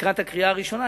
לקראת הקריאה הראשונה,